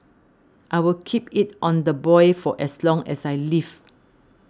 I'll keep it on the boil for as long as I live